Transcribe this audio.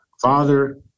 Father